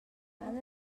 han